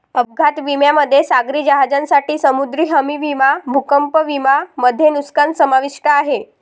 अपघात विम्यामध्ये सागरी जहाजांसाठी समुद्री हमी विमा भूकंप विमा मध्ये नुकसान समाविष्ट आहे